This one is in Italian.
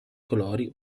colori